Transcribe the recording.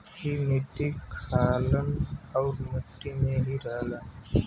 ई मट्टी खालन आउर मट्टी में ही रहलन